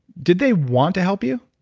did they want to help you?